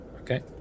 Okay